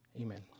Amen